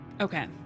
Okay